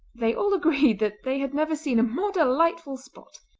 they all agreed that they had never seen a more delightful spot.